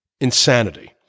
insanity